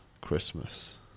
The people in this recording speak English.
Christmas